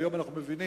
היום אנחנו מבינים,